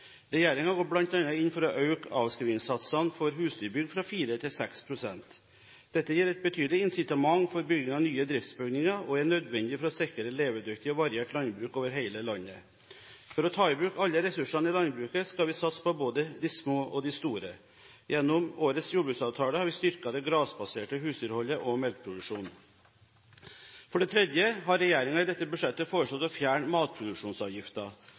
går bl.a. inn for å øke avskrivningssatsen for husdyrbygg fra 4 pst. til 6 pst. Dette gir et betydelig incitament for bygging av nye driftsbygninger og er nødvendig for å sikre et levedyktig og variert landbruk over hele landet. For å ta i bruk alle ressursene i landbruket skal vi satse på både de små og de store. Gjennom årets jordbruksavtale har vi styrket det grasbaserte husdyrholdet og melkeproduksjonen. For det tredje har regjeringen i dette budsjettet foreslått å fjerne